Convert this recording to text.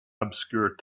obscure